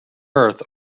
earth